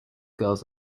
girls